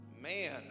man